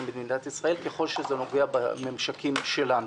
במדינת ישראל ככל שזה נוגע בממשקים שלנו,